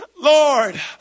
Lord